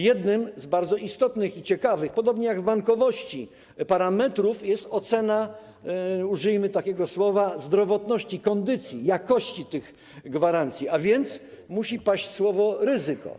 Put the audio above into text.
Jednym z bardzo istotnych i ciekawych, podobnie jak w bankowości, parametrów jest ocena - użyjmy takiego słowa - zdrowotności, kondycji, jakości tych gwarancji, a więc musi paść słowo „ryzyko”